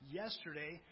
yesterday